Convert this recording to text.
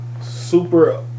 super